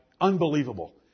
Unbelievable